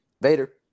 Vader